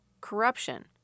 corruption